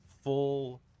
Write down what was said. full